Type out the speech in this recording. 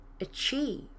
achieve